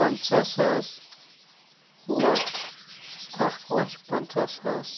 پَنٛژاہ ساس لَچھ اَکھ لَچھ پَنٛژاہ ساس